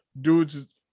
dudes